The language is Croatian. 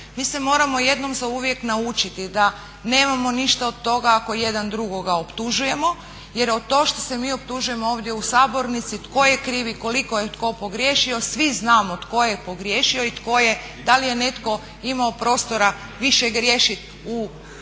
Mi se moramo jednom zauvijek naučiti da nemamo ništa od toga ako jedan drugoga optužujemo jer to što se mi optužujemo ovdje u sabornici tko je kriv i koliko je tko pogriješio svi znamo tko je pogriješio i tko je, da li je netko imao prostora više griješiti u 15 ili